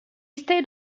stayed